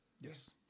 Yes